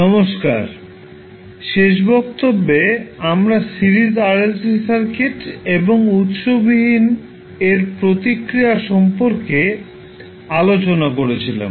নমস্কার শেষ বক্তব্যে আমরা সিরিজ RLC সার্কিট এবং উত্স বিহীন এর প্রতিক্রিয়া সম্পর্কে আলোচনা করছিলাম